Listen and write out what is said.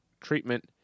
treatment